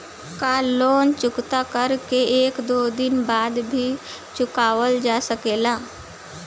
का लोन चुकता कर के एक दो दिन बाद भी चुकावल जा सकेला?